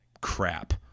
crap